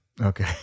Okay